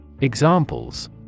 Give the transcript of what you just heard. Examples